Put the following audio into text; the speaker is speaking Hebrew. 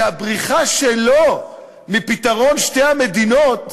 שהבריחה שלו מפתרון שתי המדינות,